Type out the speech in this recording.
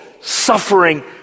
suffering